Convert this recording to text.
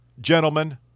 gentlemen